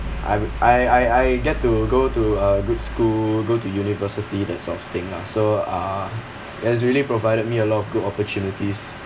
I would I I I get to go to a good school go to university that sort of thing lah so uh it has really provided me a lot of good opportunities